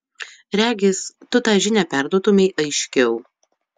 regis tu tą žinią perduotumei aiškiau